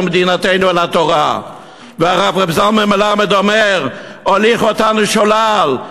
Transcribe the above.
מדינתנו אל התורה"; והרב זלמן מלמד אומר: "הוליכו אותנו שולל,